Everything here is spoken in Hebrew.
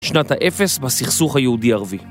שנת האפס בסכסוך היהודי ערבי